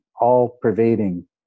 all-pervading